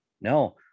No